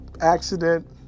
accident